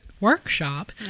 workshop